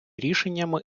рішенням